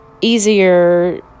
easier